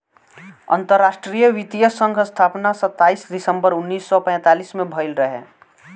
अंतरराष्ट्रीय वित्तीय संघ स्थापना सताईस दिसंबर उन्नीस सौ पैतालीस में भयल रहे